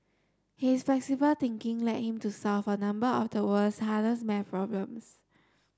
his flexible thinking led him to solve a number of the world's hardest math problems